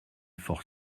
fort